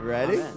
Ready